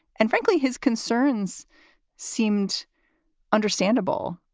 and frankly, his concerns seemed understandable.